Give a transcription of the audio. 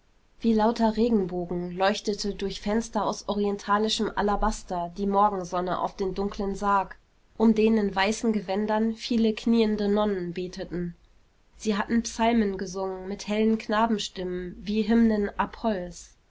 wie lauter regenbogen leuchtete durch fenster aus orientalischem alabaster die morgensonne auf den dunklen sarg um den in weißen gewändern viele kniende nonnen beteten sie hatten psalmen gesungen mit hellen knabenstimmen wie hymnen apolls